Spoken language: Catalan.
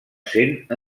sent